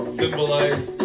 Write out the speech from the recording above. symbolize